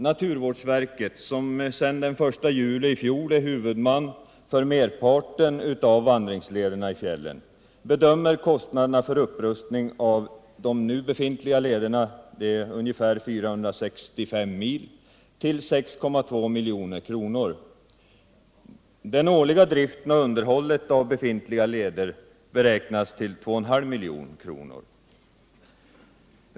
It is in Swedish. Naturvårdsverket, som sedan den 1 juli 1977 är huvudman för merparten av vandringslederna i fjällen, bedömer kostnaderna för upprustning av de nu befintliga lederna — det är ungefär 464 mil — till 6,2 milj.kr. Den årliga driften och underhållet av befintliga leder beräknas kosta 2,5 milj.kr.